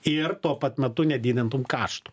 ir tuo pat metu nedidintum kaštų